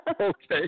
Okay